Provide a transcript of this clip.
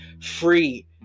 free